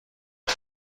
کار